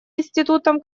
институтом